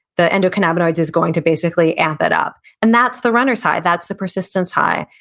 the endocannabinoids is going to basically amp it up. and that's the runner's high, that's the persistence high.